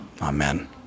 amen